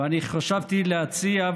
ואני חשבתי להציע,